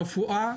רפואה